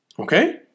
Okay